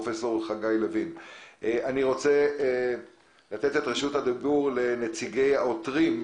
אני רוצה לתת את רשות הדיבור לנציגי העותרים.